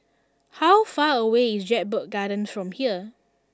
how far away is Jedburgh Gardens from here